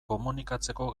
komunikatzeko